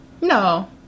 no